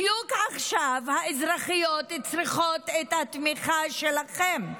בדיוק עכשיו האזרחיות צריכות את התמיכה שלכם,